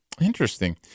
Interesting